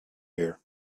here